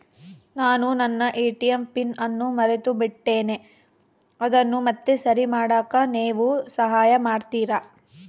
ನಾನು ನನ್ನ ATM PIN ಅನ್ನು ಮರೆತುಬಿಟ್ಟೇನಿ ಅದನ್ನು ಮತ್ತೆ ಸರಿ ಮಾಡಾಕ ನೇವು ಸಹಾಯ ಮಾಡ್ತಿರಾ?